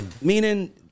meaning